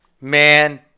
man